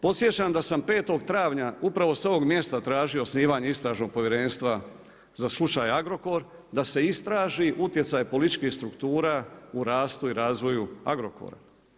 Podsjećam da sam 5. travnja upravo sa ovog mjesta tražio osnivanje Istražnog povjerenstva za slučaj Agrokor, da se istraži utjecaj političkih struktura u rastu i razvoju Agrokora.